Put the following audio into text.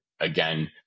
again